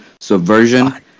subversion